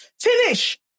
Finish